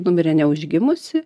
numirė neužgimusi